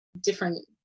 different